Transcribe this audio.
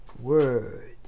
word